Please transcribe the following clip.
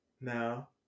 no